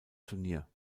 turnier